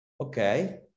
Okay